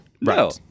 No